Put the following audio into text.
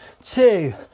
two